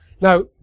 now